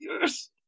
Yes